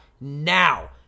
now